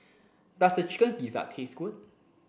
does the chicken gizzard taste good